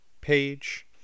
page